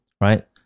right